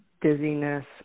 dizziness